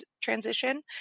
transition